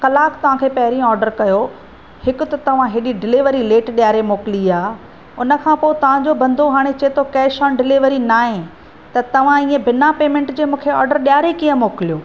कलाकु तव्हांखे पंहिंरि आर्डर कयो हिकु त तव्हां एॾी डिलीवरी लेट ॾेयारे मोकिली आहे उन खा पोइ तव्हांजो बंदो हाणे चए थो कैश ऑन डिलीवरी न आहे त तव्हां ये बिना पेमैंट जो मूंखे आर्डर ॾेयारे किए मोकिलियो